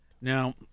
Now